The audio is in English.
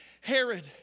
Herod